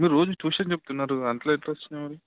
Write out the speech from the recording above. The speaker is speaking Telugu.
మీరు రోజూ ట్యూషన్ చెప్తున్నారు అలా ఎలా వచ్చాయి మరి